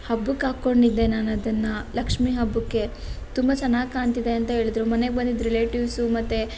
ಹಬ್ಬಕ್ಕೆ ಹಾಕ್ಕೊಂಡಿದ್ದೆ ನಾನು ಅದನ್ನು ಲಕ್ಷ್ಮಿ ಹಬ್ಬಕ್ಕೆ ತುಂಬ ಚೆನ್ನಾಗಿ ಕಾಣ್ತಿದೆ ಅಂತ ಹೇಳಿದರು ಮನೆಗೆ ಬಂದಿದ್ದ ರಿಲೇಟಿವ್ಸ್ ಮತ್ತು